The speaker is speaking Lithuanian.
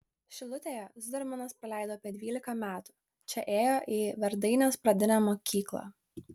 šilutėje zudermanas praleido apie dvylika metų čia ėjo į verdainės pradinę mokyklą